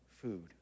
food